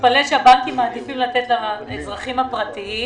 תתפלא שהבנקים מעדיפים לתת לאזרחים הפרטיים